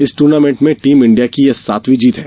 इस टूर्नामेंट में team India की यह सातवीं जीत है